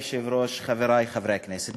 אדוני היושב-ראש, חברי חברי הכנסת,